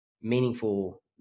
meaningful